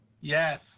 Yes